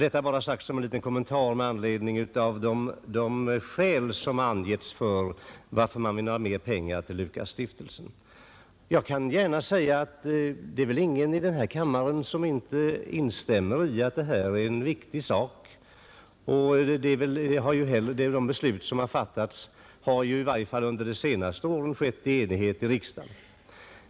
Detta bara sagt som en liten kommentar med anledning av de skäl som angetts för att man vill ha mera pengar till Lukasstiftelsen. Jag kan gärna säga att det är väl ingen här i kammaren som inte instämmer i att det här är en viktig sak. De beslut som har fattats har i varje fall under de senaste åren tillkommit i enighet i riksdagen.